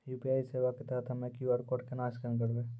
UPI सेवा के तहत हम्मय क्यू.आर कोड केना स्कैन करबै?